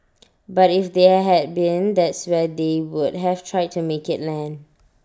but if they had been that's where they would have tried to make IT land